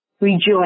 Rejoice